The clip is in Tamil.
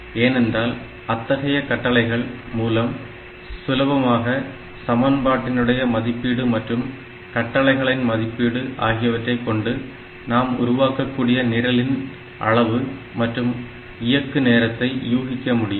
ஏனென்றால் அத்தகைய கட்டளைகள் மூலம் சுலபமாக சமன்பாட்டினுடைய மதிப்பீடு மற்றும் கட்டளைகளின் மதிப்பீடு ஆகியவற்றை கொண்டு நாம் உருவாக்கக்கூடிய நிரலின் அளவு மற்றும் இயக்கு நேரத்தை யூகிக்க முடியும்